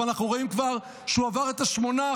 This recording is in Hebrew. אבל אנחנו רואים שהוא כבר עבר את ה-8%,